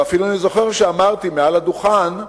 ואפילו אני זוכר שאמרתי מעל הדוכן,